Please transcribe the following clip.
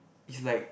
is like